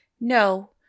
No